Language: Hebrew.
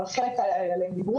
אבל על חלק מהן דיברו,